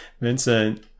Vincent